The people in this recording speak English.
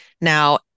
Now